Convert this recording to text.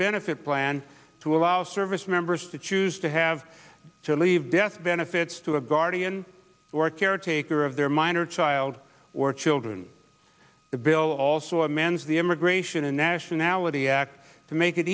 benefit plan to allow service members to choose to have to leave death benefits to a guardian or caretaker of their minor child or children the bill also a man's the immigration and nationality act to make it